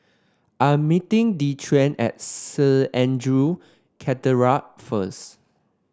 I'm meeting Dequan at Saint Andrew first